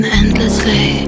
endlessly